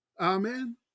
amen